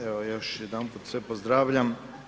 Evo još jedanput sve pozdravljam.